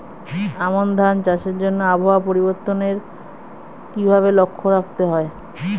আমন ধান চাষের জন্য আবহাওয়া পরিবর্তনের কিভাবে লক্ষ্য রাখতে হয়?